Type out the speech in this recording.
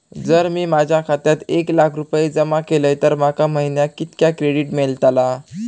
जर मी माझ्या खात्यात एक लाख रुपये जमा केलय तर माका महिन्याक कितक्या क्रेडिट मेलतला?